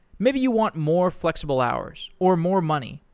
maybe you want more flexible hours, or more money,